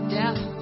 death